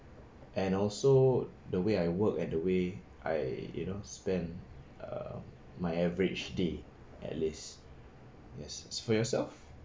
and also the way I work and the way I you know spend uh my average day at least yes for yourself